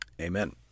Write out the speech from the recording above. Amen